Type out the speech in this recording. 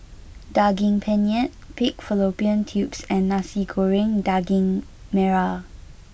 Daging Penyet Pig Fallopian Tubes and Nasi Goreng Daging Merah